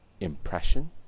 impression